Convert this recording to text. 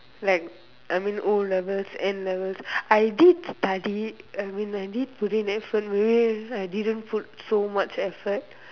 like I mean O-levels N-levels I did study I mean like I did put in effort where I didn't put so much effort